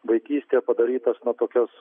vaikystėje padarytas na tokias